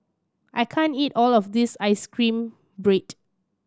I can't eat all of this ice cream bread